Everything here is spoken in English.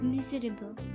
Miserable